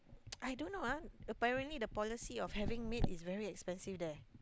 I don't know ah apparently the policy of having a maid is very expensive there